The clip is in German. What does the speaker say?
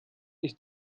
ist